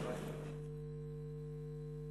אפס מתנגדים